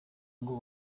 ngo